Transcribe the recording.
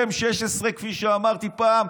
כפי שאמרתי פעם,